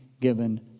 given